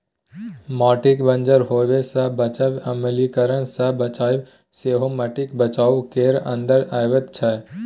माटिकेँ बंजर होएब सँ बचाएब, अम्लीकरण सँ बचाएब सेहो माटिक बचाउ केर अंदर अबैत छै